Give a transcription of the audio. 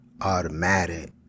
automatic